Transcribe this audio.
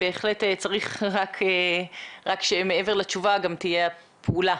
בהחלט צריך שמעבר לתשובה גם תהיה פעולה